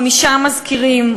חמישה מזכירים,